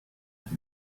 than